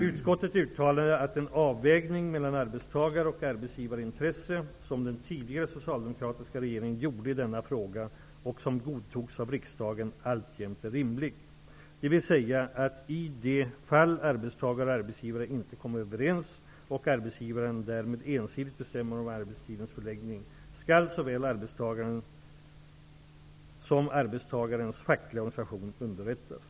Utskottet uttalade att den avvägning mellan arbetstagar och arbetsgivarintresse som den tidigare socialdemokratiska regeringen gjorde i denna fråga och som godtogs av riksdagen alltjämt är rimlig. Det vill säga att i de fall arbetstagare och arbetsgivare inte kommer överens och arbetsgivaren därmed ensidigt bestämmer om arbetstidens förläggning skall såväl arbetstagaren som arbetstagarens fackliga organisation underrättas.